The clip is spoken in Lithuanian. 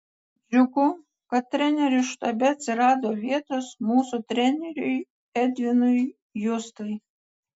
džiugu kad trenerių štabe atsirado vietos mūsų treneriui edvinui justai